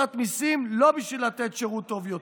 שלוקחת מיסים, לא בשביל לתת שירות טוב יותר,